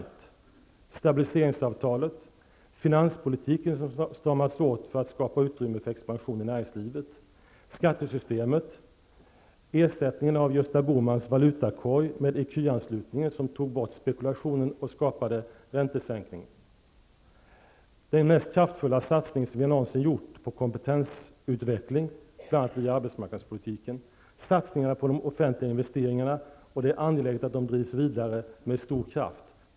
Det gäller bl.a. stabiliseringsavtalet, finanspolitiken som stramats åt för att skapa utrymme för expansion i näringslivet, skattesystemet och ersättningen av Gösta Bohmans valutakorg med ecuanslutningen, som tog bort spekulationen och skapade räntesänkning, den mest kraftfulla satsning som vi någonsin gjort på kompetensutveckling -- bl.a. via arbetsmarknadspolitiken, satsningarna på de offentliga investeringarna. Det är angeläget att de drivs vidare med stor kraft.